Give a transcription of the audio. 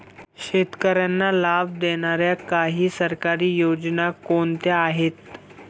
शेतकऱ्यांना लाभ देणाऱ्या काही सरकारी योजना कोणत्या आहेत?